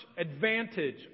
advantage